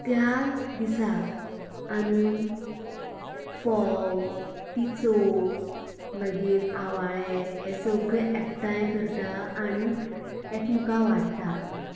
त्या दिसांक आमी फोव चिचो मागीर आवाळें हें सगळें एकठांय करतात आनीक एकमकांक वाडटा